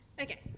Okay